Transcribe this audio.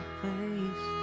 face